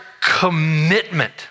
commitment